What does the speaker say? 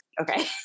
okay